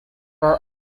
are